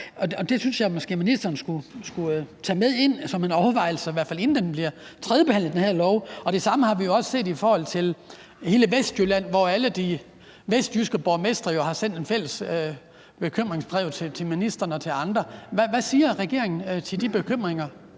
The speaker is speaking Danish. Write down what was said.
Det synes jeg måske ministeren skulle tage med ind som en overvejelse, i hvert fald inden det her lovforslag bliver tredjebehandlet. Det samme har vi jo set i forhold til hele Vestjylland, hvor alle de vestjyske borgmestre har sendt et fælles bekymringsbrev til ministeren og til andre. Hvad siger regeringen til de bekymringer?